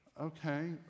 okay